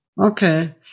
Okay